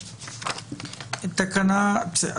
בסדר,